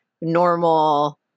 normal